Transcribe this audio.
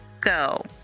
go